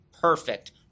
perfect